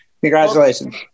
Congratulations